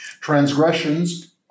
Transgressions